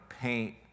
paint